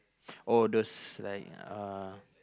oh those like ah